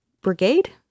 brigade